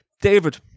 David